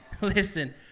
Listen